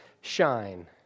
shine